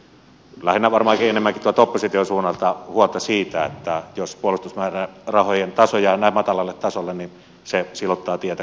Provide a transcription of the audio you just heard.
on esitetty varmaankin enemmänkin tuolta opposition suunnalta huolta siitä että jos puolustusmäärärahojen taso jää näin matalalle tasolle niin se silottaa tietä kohti natoa